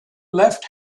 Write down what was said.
left